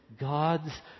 God's